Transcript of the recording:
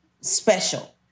special